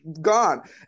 gone